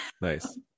nice